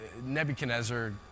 Nebuchadnezzar